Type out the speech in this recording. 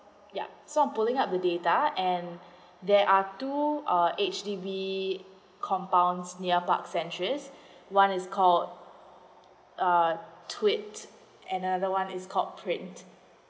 yup so I'm pulling up the data and there are two uh H_D_B compounds near park centuries one is called uh tweet another one is called print